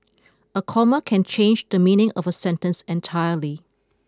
a comma can change the meaning of a sentence entirely